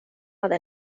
hade